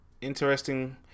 Interesting